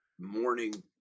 morning